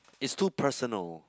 is too personal